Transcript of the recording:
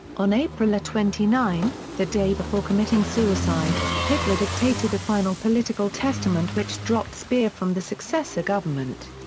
on april twenty nine, the day before committing suicide, hitler dictated a final political testament which dropped speer from the successor government.